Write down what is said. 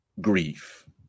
grief